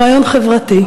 הוא רעיון חברתי.